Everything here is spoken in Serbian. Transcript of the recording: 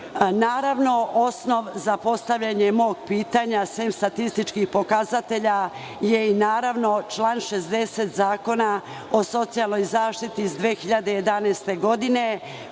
Nemačkom. Osnov za postavljanje mog pitanja, sem statističkih pokazatelja, je i član 60. Zakona o socijalnoj zaštiti iz 2011. godine,